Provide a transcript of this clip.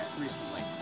recently